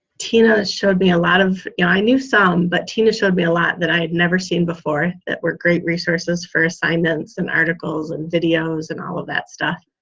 tina showed me a lot of, yeah i knew some, but tina showed me a lot that i had never seen before that were great resources for assignments and articles and videos and all of that stuff.